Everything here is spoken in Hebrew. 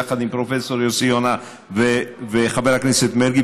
יחד עם פרופ' יוסי וחבר הכנסת מרגי.